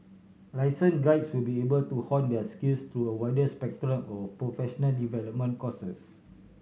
licensed guides will be able to hone their skills through a wider spectrum of professional development courses